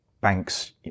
banks